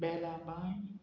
बेलाबां